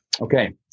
Okay